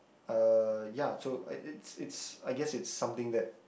uh ya so I it's it's it's I guess it's something that